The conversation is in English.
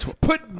Put